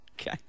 Okay